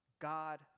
God